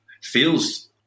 feels